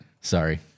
Sorry